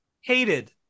hated